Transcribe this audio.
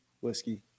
whiskey